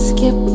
Skip